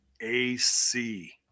AC